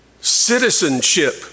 citizenship